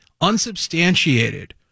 unsubstantiated